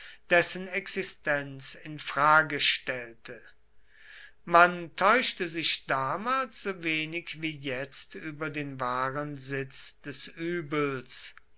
dessen existenz in frage stellte man täuschte sich damals so wenig wie jetzt über den wahren sitz des übels